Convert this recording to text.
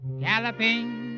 galloping